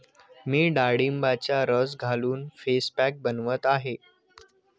मी डाळिंबाचा रस घालून फेस पॅक बनवत आहे